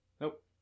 Nope